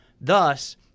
thus